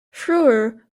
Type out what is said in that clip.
früher